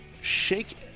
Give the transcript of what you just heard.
shake